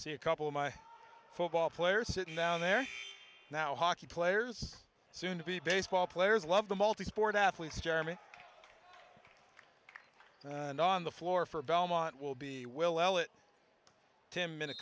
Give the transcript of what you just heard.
see a couple of my football players sitting down there now hockey players soon to be baseball players love the multisport athletes jeremy and on the floor for belmont will be will it t